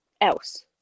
else